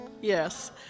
yes